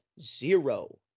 zero